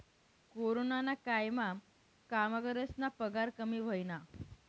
कोरोनाना कायमा कामगरस्ना पगार कमी व्हयना